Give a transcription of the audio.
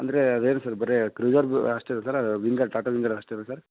ಅಂದರೆ ಅದೇನು ಸರ್ ಬರೀ ಕ್ರುಸರ್ದು ಅಷ್ಟು ಇದೆ ಸರ್ ಅದು ವಿಂಗಡ್ ಟಾಟಾ ವಿಂಗಡ್ ಅಷ್ಟೇನಾ ಸರ್